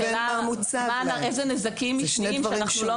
השאלה היא איזה נזקים משניים שאנחנו לא